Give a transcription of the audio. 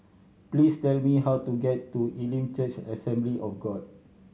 please tell me how to get to Elim Church Assembly of God